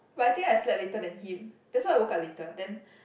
but I think I slept later than him that's why I woke up later then